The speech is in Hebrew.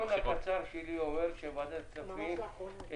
--- הזיכרון הקצר שלי אומר שוועדת הכספים.